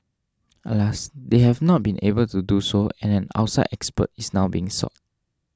alas they have not been able to do so and an outside expert is now being sought